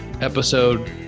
episode